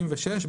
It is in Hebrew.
"66.